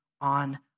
on